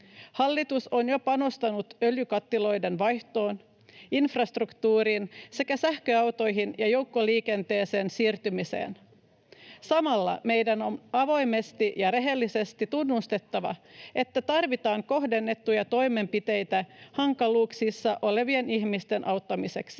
Hallitus on jo panostanut öljykattiloiden vaihtoon, infrastruktuuriin sekä sähköautoihin ja joukkoliikenteeseen siirtymiseen. Samalla meidän on avoimesti ja rehellisesti tunnustettava, että tarvitaan kohdennettuja toimenpiteitä hankaluuksissa olevien ihmisten auttamiseksi.